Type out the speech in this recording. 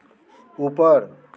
ऊपर